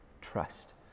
trust